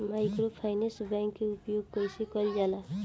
Microfinance bank के उपयोग कइसे कइल जाला?